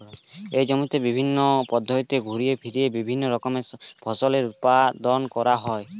একই জমিতে বিভিন্ন পদ্ধতিতে ঘুরিয়ে ফিরিয়ে বিভিন্ন রকমের ফসলের উৎপাদন করা হয়